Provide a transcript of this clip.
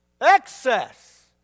Excess